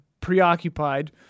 preoccupied